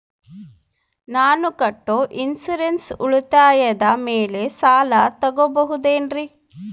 ನಾನು ಕಟ್ಟೊ ಇನ್ಸೂರೆನ್ಸ್ ಉಳಿತಾಯದ ಮೇಲೆ ಸಾಲ ತಗೋಬಹುದೇನ್ರಿ?